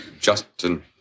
Justin